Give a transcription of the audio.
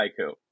haiku